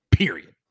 period